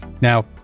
Now